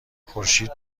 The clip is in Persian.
خورشید